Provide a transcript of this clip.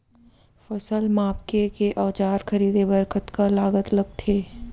फसल मापके के औज़ार खरीदे बर कतका लागत लगथे?